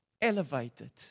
Elevated